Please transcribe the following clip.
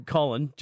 Colin